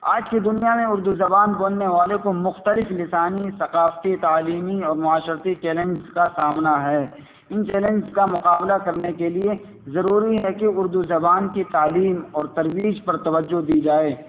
آج کی دنیا میں اردو زبان بولنے والے کو مختلف لسانی ثقافتی تعلیمی اور معاشرتی چیلنجز کا سامنا ہے ان چیلنج کا مقابلہ کرنے کے لیے ضروری ہے کہ اردو زبان کی تعلیم اور ترویج پر توجہ دی جائے